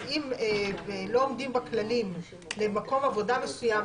אז אם לא עומדים בכללים למקום עבודה מסוים,